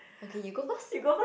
okay you go first